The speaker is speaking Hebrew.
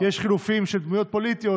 יש חילופים של דמויות פוליטיות,